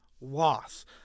loss